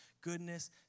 goodness